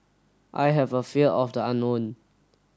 I have a fear of the unknown